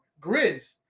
Grizz